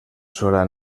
sola